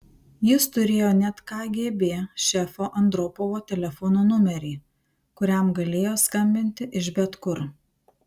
jis turėjo net kgb šefo andropovo telefono numerį kuriam galėjo skambinti iš bet kur